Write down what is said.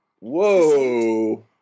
whoa